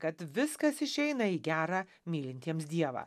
kad viskas išeina į gera mylintiems dievą